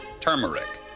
turmeric